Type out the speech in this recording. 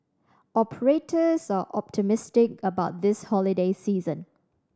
operators are optimistic about this holiday season